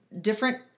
different